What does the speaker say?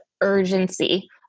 urgency